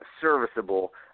serviceable